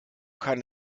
kann